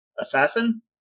assassin